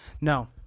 No